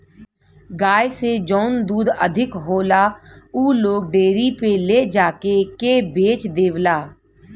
गाय से जौन दूध अधिक होला उ लोग डेयरी पे ले जाके के बेच देवला